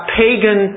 pagan